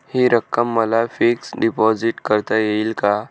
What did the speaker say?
हि रक्कम मला फिक्स डिपॉझिट करता येईल का?